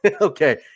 Okay